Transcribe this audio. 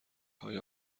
های